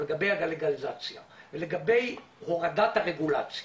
לגבי הלגליזציה ולגבי הורדת הרגולציה.